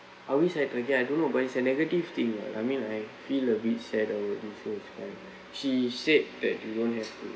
I always had okay I don't know but it's a negative thing ah I mean I feel a bit sad he said that you don't have to